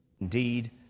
Indeed